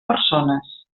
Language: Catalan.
persones